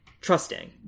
trusting